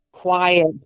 quiet